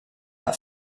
that